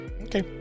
Okay